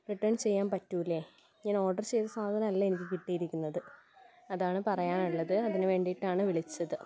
return ചെയ്യാൻ പറ്റില്ലേ ഞാൻ ഓർഡർ ചെയ്ത സാധനം അല്ല എനിക്ക് കിട്ടിയിരിക്കുന്നത് അതാണ് പറയാനുള്ളത് അതിന് വേണ്ടിയിട്ടാണ് വിളിച്ചത്